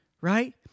Right